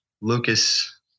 Lucas